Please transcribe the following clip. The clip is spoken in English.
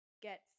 get